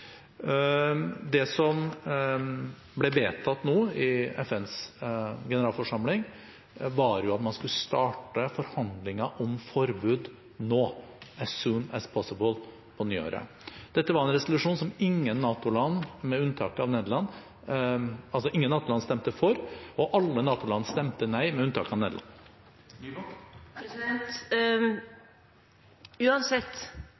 Det som ble vedtatt i FNs generalforsamling, var at man skulle starte forhandlinger om forbud nå, «as soon as possible», på nyåret. Dette var en resolusjon som ingen NATO-land, med unntak av Nederland, stemte for, altså alle NATO-land stemte nei, med unntak av Nederland. Uansett